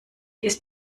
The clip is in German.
ist